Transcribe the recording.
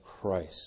Christ